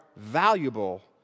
valuable